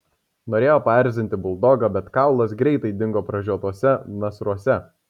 norėjo paerzinti buldogą bet kaulas greitai dingo pražiotuose nasruose